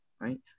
right